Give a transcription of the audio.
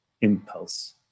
impulse